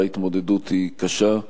וההתמודדות היא קשה.